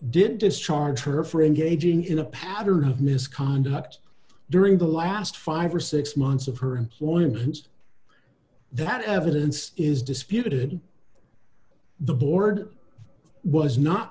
did discharge her for engaging in a pattern of misconduct during the last five or six months of her employment that evidence is disputed the board was not